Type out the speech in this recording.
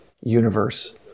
universe